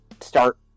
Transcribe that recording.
start